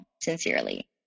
sincerely